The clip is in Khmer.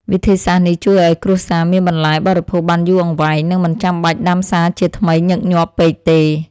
វិធីសាស្ត្រនេះជួយឱ្យគ្រួសារមានបន្លែបរិភោគបានយូរអង្វែង និងមិនចាំបាច់ដាំសារជាថ្មីញឹកញាប់ពេកទេ។